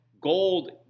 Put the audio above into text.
gold